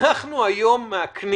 תפנים